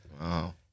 Wow